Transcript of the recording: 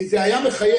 כי זה היה מחייב.